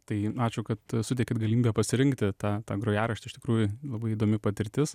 tai ačiū kad suteikėt galimybę pasirinktą tą tą grojaraštį iš tikrųjų labai įdomi patirtis